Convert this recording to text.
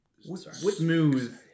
smooth